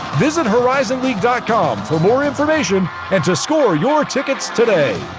visit horizonleague dot com for more information, and to score your tickets today.